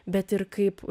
bet ir kaip